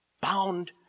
bound